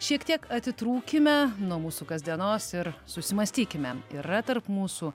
šiek tiek atitrūkime nuo mūsų kasdienos ir susimąstykime yra tarp mūsų